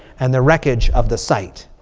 and the wreckage of the site.